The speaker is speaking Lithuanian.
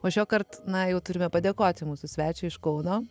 o šiuokart na jau turime padėkoti mūsų svečiui iš kauno